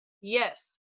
Yes